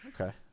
Okay